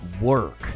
work